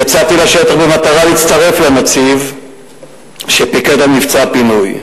יצאתי לשטח במטרה להצטרף לנציב שפיקד על מבצע הפינוי.